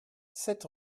sept